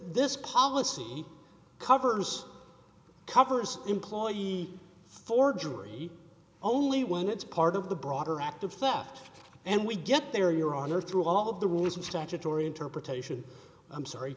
this policy covers covers employee forgery only when it's part of the broader act of theft and we get there your honor through all of the rules of statutory interpretation i'm sorry